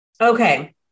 Okay